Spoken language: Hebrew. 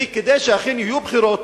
וכדי שאכן יהיו בחירות,